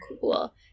cool